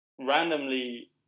randomly